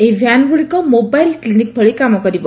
ଏହି ଭ୍ୟାନଗୁଡିକ mobile cleaning ଭଳି କାମ କରିବ